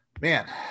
man